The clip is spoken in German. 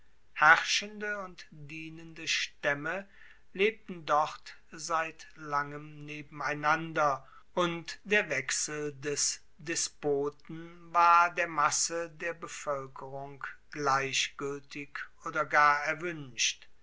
herrschende und dienende staemme lebten dort seit langem nebeneinander und der wechsel des despoten war der masse der bevoelkerung gleichgueltig oder gar erwuenscht